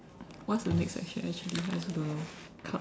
what's the next section actually I also don't know card